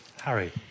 Harry